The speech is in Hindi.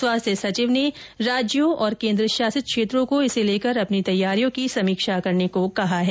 स्वास्थ्य सचिव ने राज्यों और केन्द्रशासित क्षेत्रों को इसे लेकर अपनी तैयारियों की समीक्षा करने को कहा है